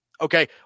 okay